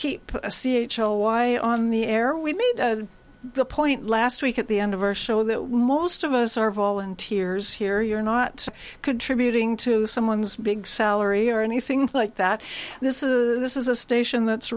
keep a c h l why on the air we made the point last week at the end of our show that most of us are volunteers here you're not contributing to someone's big salary or anything like that this is a this is a station that's